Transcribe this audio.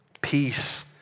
peace